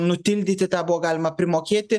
nutildyti tą buvo galima primokėti